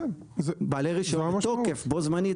בעלי רישיון בתוקף בו זמנית.